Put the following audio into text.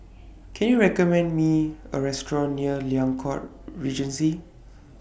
Can YOU recommend Me A Restaurant near Liang Court Regency